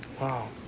Wow